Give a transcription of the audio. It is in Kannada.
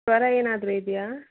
ಜ್ವರ ಏನಾದರೂ ಇದೆಯಾ